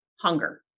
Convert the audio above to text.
hunger